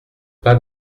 pas